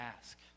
ask